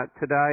today